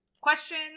Question